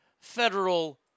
federal